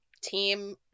Team